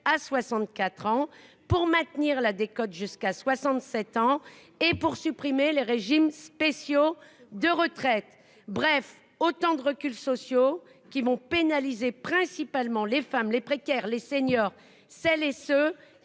à 64 ans pour maintenir la décote jusqu'à 67 ans et pour supprimer les régimes spéciaux de retraite, bref autant de reculs sociaux qui vont pénaliser principalement les femmes, les précaires, les seniors celles et ceux